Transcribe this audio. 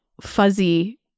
fuzzy